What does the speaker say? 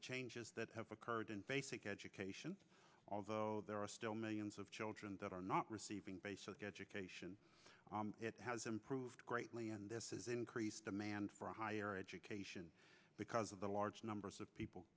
the changes that have occurred in basic education although there are still millions of children that are not receiving basic education it has improved greatly and this is increased demand for higher education because of the large numbers of people